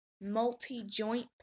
multi-joint